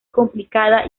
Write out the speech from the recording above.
complicada